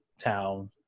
town